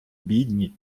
бідні